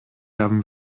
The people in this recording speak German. haben